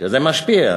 שזה משפיע.